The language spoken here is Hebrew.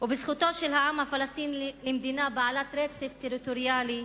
ובזכותו של העם הפלסטיני למדינה בעלת רצף טריטוריאלי,